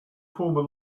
former